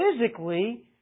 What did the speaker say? Physically